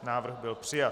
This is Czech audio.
Návrh byl přijat.